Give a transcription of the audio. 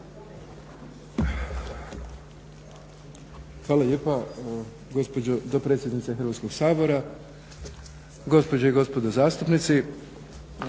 Hvala lijepa. Gospođo dopredsjednice Hrvatskog sabora, gospođe i gospodo zastupnici.